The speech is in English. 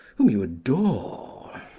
whom you adore?